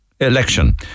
Election